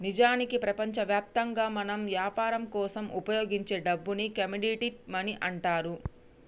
నిజానికి ప్రపంచవ్యాప్తంగా మనం యాపరం కోసం ఉపయోగించే డబ్బుని కమోడిటీ మనీ అంటారు